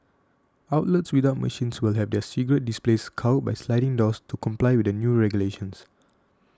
outlets without machines will have their cigarette displays covered by sliding doors to comply with the new regulations